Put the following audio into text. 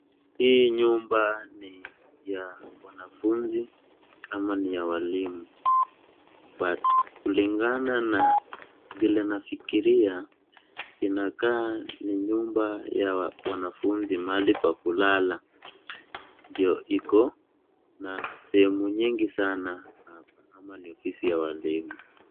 Hii nyumba ni ya wanafunzi ama ni ya walimu, but kulingana na vile nafikiria inakaa ni nyumba ya wanafunzi mahali pa kulala , ndio iko na sehemu nyingi sana hapa ama ni ofisi ya walimu.